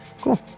cool